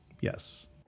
yes